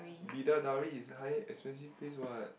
Bidadari is high expensive place [what]